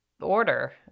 order